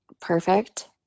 perfect